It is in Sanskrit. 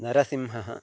नरसिंहः